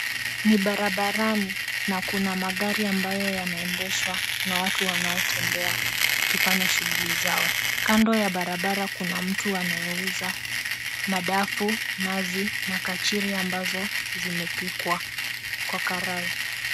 Ni barabarani na kuna magari ambayo yanaendeshwa na watu wanaotembea wakifanya shughuli zao. Kando ya barabara kuna mtu anayeuza madafu, nazi na kachiori ambazo zimepikwa kwa karai.